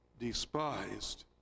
despised